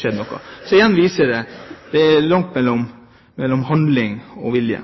skjedd noe. Igjen viser det at det er langt mellom handling og vilje.